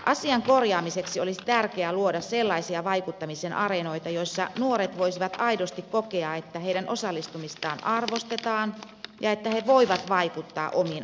asian korjaamiseksi olisi tärkeää luoda sellaisia vaikuttamisen areenoita joilla nuoret voisivat aidosti kokea että heidän osallistumistaan arvostetaan ja että he voivat vaikuttaa omiin asioihinsa